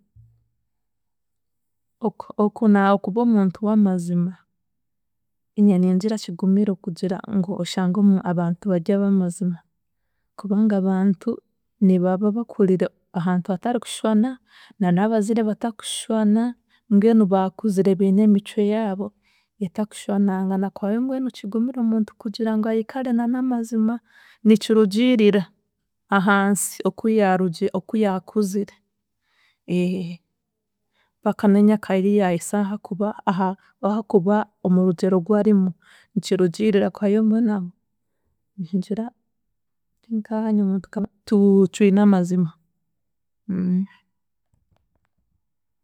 Oku- okuna okuba omuntu w'amazima neenye ningira kigumire kugira ngu oshange omu- abantu barya ab'amaziima. Kubanga abantu nibaba bakuriire ahantu hatarikushwana, nanabaziire batakushwana mbwenu baakuzire biine emikye yaabo etakushwananga nakwayo bwenu kigumire omuntu kugira ngu aikare na n'amazima. Nikirugiirira ahansi okuyarugi okuyakuzire mpaka n'enyaaka yi yaahisa ahakuba aha- ahakuba omurugyero gwarimu, nikirugiirira kuhayomba nawe, ningira tinkahanya omuntu tu- cwine amazima.